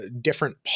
different